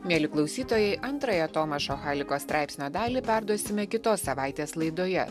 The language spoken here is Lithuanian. mieli klausytojai antrąją tomašo haliko straipsnio dalį perduosime kitos savaitės laidoje